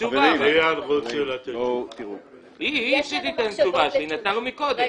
שהיא אישית תענה את התשובה שהיא ענתה לו קודם.